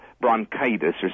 bronchitis